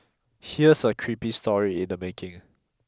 here's a creepy story in the making